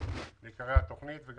התוכנית גם